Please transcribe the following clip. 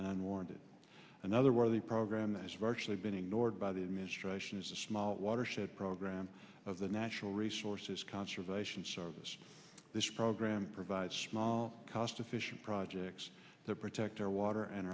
unwarranted another one of the program that has virtually been ignored by the administration is a small watershed program of the natural resources conservation service this program provides small cost efficient projects that protect our water and